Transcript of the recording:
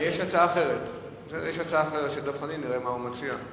יש הצעה אחרת של דב חנין, נראה מה הוא מציע.